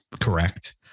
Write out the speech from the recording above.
correct